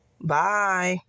Bye